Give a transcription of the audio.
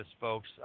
folks